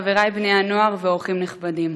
חברי בני-הנוער ואורחים נכבדים,